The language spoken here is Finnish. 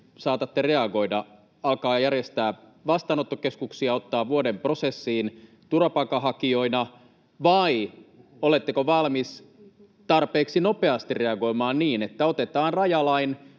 saatatte reagoida: alkaa järjestämään vastaanottokeskuksia, ottaa vuoden prosessiin turvapaikanhakijoina, vai oletteko valmis tarpeeksi nopeasti reagoimaan niin, että otetaan käyttöön